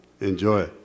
Enjoy